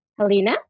Helena